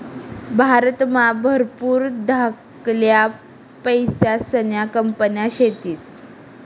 भारतमा भरपूर धाकल्या पैसासन्या कंपन्या शेतीस